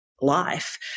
life